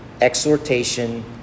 exhortation